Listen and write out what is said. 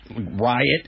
riot